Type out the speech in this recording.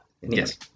Yes